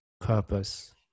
purpose